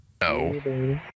No